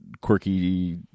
quirky